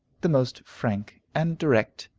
the most frank and direct.